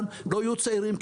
לא יהיו צעירים,